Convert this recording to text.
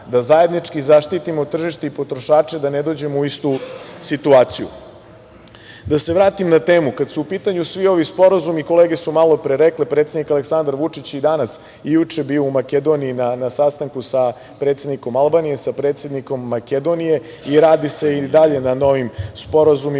da zajednički zaštitimo tržište i potrošače, da ne dođemo u istu situaciju. Da se vratim na temu. Kada su u pitanju svi ovi sporazumi, kolege su malopre rekle, predsednik Aleksandar Vučić je i danas i juče bio u Makedoniji na sastanku sa predsednikom Albanije, sa predsednikom Makedonije i radi se i dalje na novim sporazumima